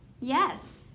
Yes